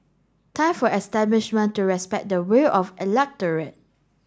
time for establishment to respect the will of electorate